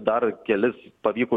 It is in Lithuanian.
dar kelis pavyko